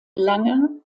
lange